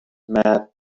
mad